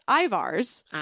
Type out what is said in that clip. Ivar's